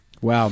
Wow